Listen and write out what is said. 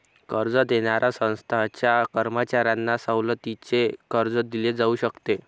कर्ज देणाऱ्या संस्थांच्या कर्मचाऱ्यांना सवलतीचे कर्ज दिले जाऊ शकते